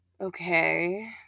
Okay